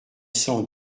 cent